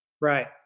Right